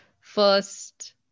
first